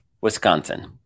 Wisconsin